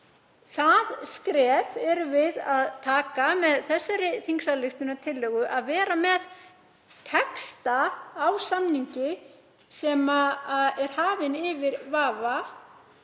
Það skref erum við að stíga með þessari þingsályktunartillögu, að vera með texta á samningi sem er hafinn yfir vafa.